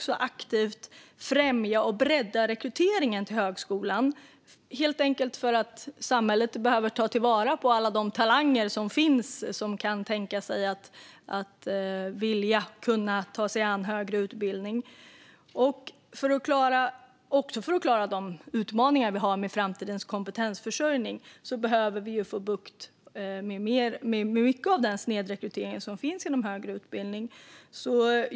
Samhället behöver helt enkelt ta vara på alla de talanger som finns, som vill och kan ta sig an högre utbildning. Också för att klara de utmaningar vi har när det gäller framtidens kompetensförsörjning behöver vi få bukt med mycket av den snedrekrytering som finns i fråga om högre utbildning.